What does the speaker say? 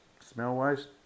Smell-wise